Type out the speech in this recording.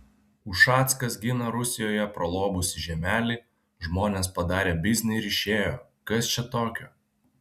ušackas gina rusijoje pralobusį žiemelį žmonės padarė biznį ir išėjo kas čia tokio